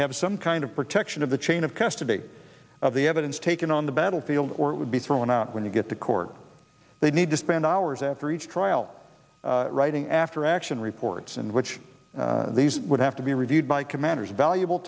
have some kind of protection of the chain of custody of the evidence taken on the battlefield or it would be thrown out when you get to court they need to spend hours after each trial writing after action reports and which would have to be reviewed by commanders valuable